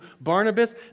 Barnabas